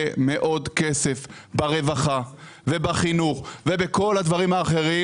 מאוד כסף ברווחה ובחינוך ובכל הדברים האחרים.